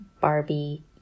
Barbie